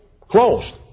closed